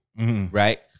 right